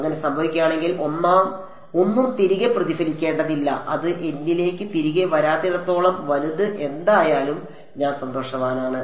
അങ്ങനെ സംഭവിക്കുകയാണെങ്കിൽ ഒന്നും തിരികെ പ്രതിഫലിക്കേണ്ടതില്ല അത് എന്നിലേക്ക് തിരികെ വരാത്തിടത്തോളം വലുത് എന്തായാലും ഞാൻ സന്തോഷവാനാണ്